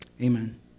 Amen